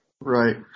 Right